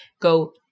go